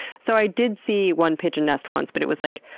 so i did see one pigeon nest once but it was, like,